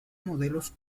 modelos